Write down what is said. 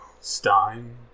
Stein